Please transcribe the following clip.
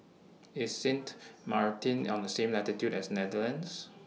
IS Sint Maarten on The same latitude as Netherlands